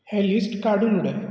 हें लिस्ट काडून उडय